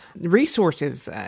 resources